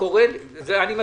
אני מסכים.